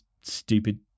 stupid